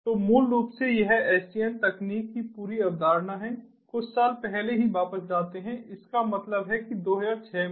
तो मूल रूप से यह SDN तकनीक की पूरी अवधारणा है कुछ साल पहले ही वापस जाते है इसका मतलब है कि 2006 में